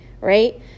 right